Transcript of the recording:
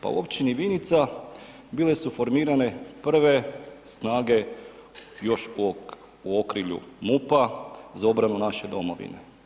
Pa u općini Vinica bile su formirane prve snage još u okrilju MUP-a za obranu naše domovine.